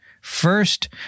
First